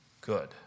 good